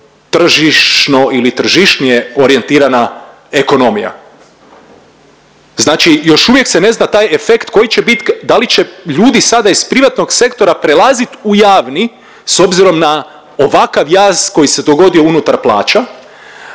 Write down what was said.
bit tržišno ili tržišnije orijentirana ekonomija. Znači još uvijek se ne zna taj efekt koji će bit, da li će ljudi sada iz privatnog sektora prelazit u javni s obzirom na ovakav jaz koji se dogodio unutar plaća,